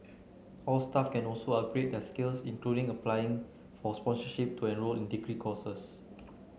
all staff can also upgrade their skills including applying for sponsorship to enrol in degree courses